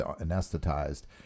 anesthetized